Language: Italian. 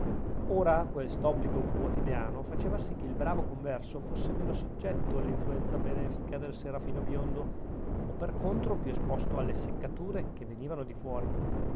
ora quest'obbligo quotidiano faceva sì che il bravo converso fosse meno soggetto all'influenza benefica del serafino biondo e per contro più esposto alle seccature che venivano di fuori